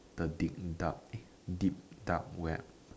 the deep dark eh deep dark web